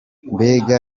mbega